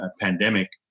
pandemic